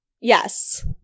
Yes